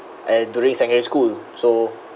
uh during secondary school so